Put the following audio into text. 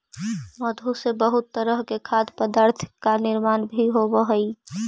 मधु से बहुत तरह के खाद्य पदार्थ का निर्माण भी होवअ हई